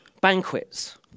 Banquets